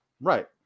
Right